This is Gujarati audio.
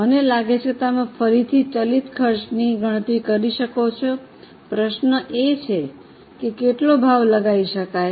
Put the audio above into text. મને લાગે છે કે તમે ફરીથી ચલિત ખર્ચની ગણતરી કરી શકો છો પ્રશ્ન એ છે કે કેટલો ભાવ લગાવી શકાય